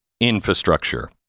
infrastructure